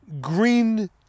green